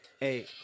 Hey